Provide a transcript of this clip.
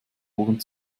ohren